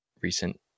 recent